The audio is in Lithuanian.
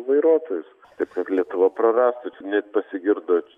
vairuotojus taip kad lietuva prarastų čia net pasigirdo